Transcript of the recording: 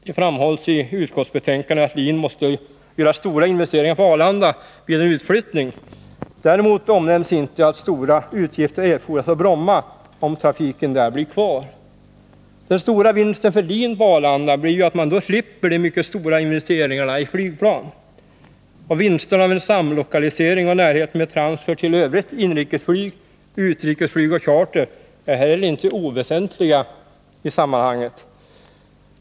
Det framhålls i utskottsbetänkandet att LIN måste göra stora investeringar Nr 53 på Arlanda vid en utflyttning. Däremot omnämns inte att stora utgifter Onsdagen den erfordras på Bromma om trafiken där blir kvar. Den stora vinsten för LIN vid 17 december 1980 flyttning till Arlanda blir ju att man då slipper de mycket stora investeringarna i nya flygplan. Vinsterna av en samlokalisering och närheten med transfer till övrigt inrikesflyg, utrikesflyg och charter är heller inte oväsentliga i sammanhanget.